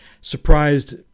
surprised